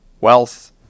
Wealth